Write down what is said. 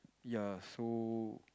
ya so